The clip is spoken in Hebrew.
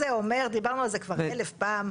כל החוק הזה אומר, דיברנו על זה כבר אלף פעמים.